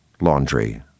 laundry